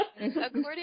According